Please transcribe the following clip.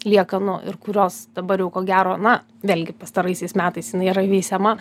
liekanų ir kurios dabar jau ko gero na vėlgi pastaraisiais metais jinai yra veisiama